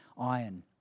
iron